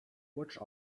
watch